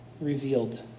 revealed